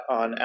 on